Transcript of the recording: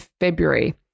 February